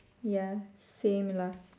ya same lah